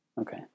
Okay